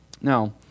Now